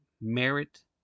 merit